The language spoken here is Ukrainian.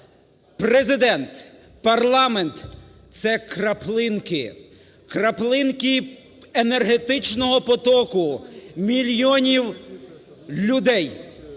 Президент, парламент – це краплинки, краплинки енергетичного потоку мільйонів людей,